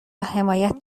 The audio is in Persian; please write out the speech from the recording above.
حمایت